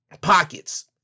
pockets